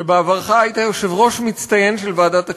שבעברך היית יושב-ראש מצטיין של ועדת הכספים,